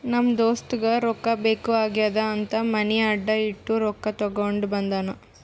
ನಮ್ ದೋಸ್ತಗ ರೊಕ್ಕಾ ಬೇಕ್ ಆಗ್ಯಾದ್ ಅಂತ್ ಮನಿ ಅಡಾ ಇಟ್ಟು ರೊಕ್ಕಾ ತಗೊಂಡ ಬಂದಾನ್